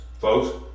folks